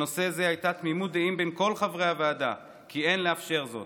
בנושא זה הייתה תמימות דעים בין כל חברי הוועדה כי אין לאפשר זאת.